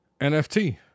NFT